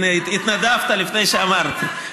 הינה, התנדבת לפני שאמרתי.